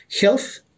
health